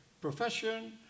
profession